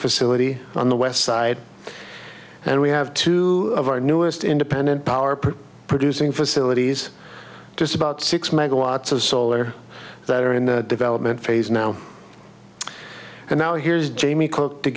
facility on the west side and we have two of our newest independent power per producing facilities just about six megawatts of solar that are in the development phase now and now here's jamie